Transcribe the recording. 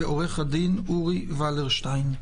ועו"ד אורי ולרשטיין,